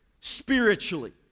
spiritually